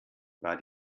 war